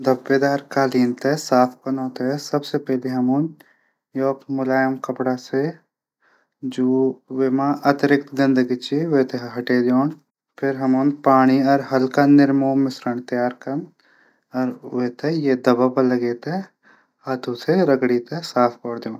धब्बादार कालीन थै साफ कनो थै सबसे पैली हमन। मुलायम कपडा से जू वेमा अतिरिक्त कपडा से अतिरिक्त गंदगी हटै दिण। फिर पाणी और हल्का निरमाओ मिश्रण तैयार कन वेथे ये धब्बा पर लगे दिण फिर हाथों से रगडी साफ कैरी दिण